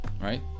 right